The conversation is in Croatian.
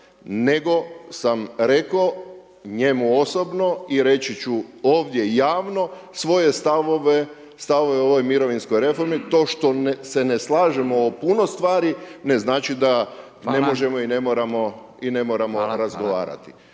nego sam rekao njemu osobno i reći ću ovdje javno svoje stavove o ovoj mirovinskoj reformi. To što se ne slažemo o puno stvari ne znači da ne možemo i ne moramo razgovarati.